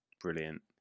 brilliant